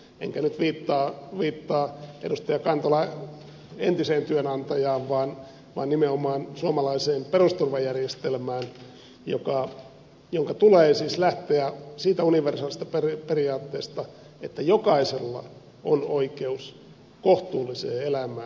enkä nyt viittaa edustaja kantolan entiseen työnantajaan vaan nimenomaan suomalaiseen perusturvajärjestelmään jonka tulee siis lähteä siitä universaalisesta periaatteesta että jokaisella on oikeus kohtuulliseen elämään